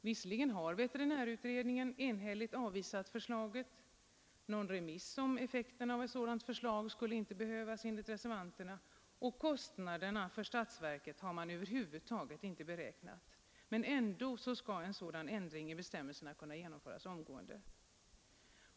Visserligen har veterinärutredningen enhälligt avvisat förslaget, någon remiss om effekterna av ett sådant förslag skulle inte behövas enligt reservanterna, och kostnaderna för statsverket har man över huvud taget inte beräknat, men ändå skall en sådan ändring i bestämmelserna kunna genomföras omgående.